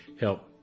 help